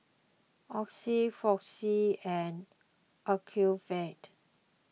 Oxy Floxia and Ocuvite